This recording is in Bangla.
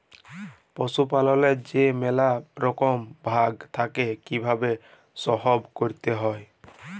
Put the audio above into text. পশুপাললেল্লে যে ম্যালা রকম ভাগ থ্যাকে কিভাবে সহব ক্যরতে হয়